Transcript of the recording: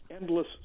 endless